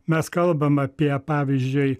mes kalbam apie pavyzdžiui